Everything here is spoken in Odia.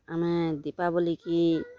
ଆମେ ଦୀପାବଲି କି